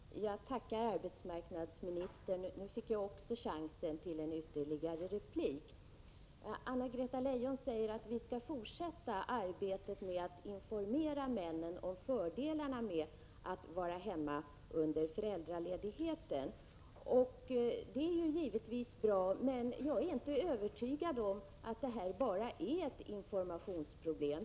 Fru talman! Jag tackar arbetsmarknadsministern. Nu fick jag också chansen till ytterligare en replik. Anna-Greta Leijon säger att vi skall fortsätta arbetet med att informera männen om fördelarna med att vara hemma under föräldraledigheten. Det är givetvis bra, men jag är inte övertygad om att det bara är ett informationsproblem.